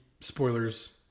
spoilers